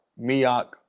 Mioc